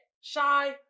Shy